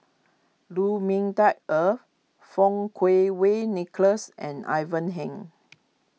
Lu Ming Teh Earl Fang Kuo Wei Nicholas and Ivan Heng